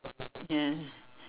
ya